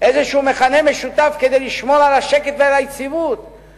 איזה מכנה משותף כדי לשמור על השקט ועל היציבות,